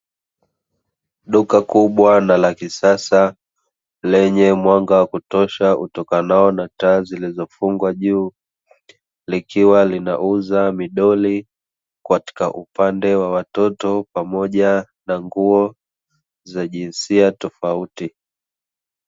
Duka kubwa na la kisasa lenye mwanga wa kutosha utakanao na taa, zilizofungwa juu, likiwa linauza midori katika upande wa watoto pamoja na nguo za jinsia tofauti.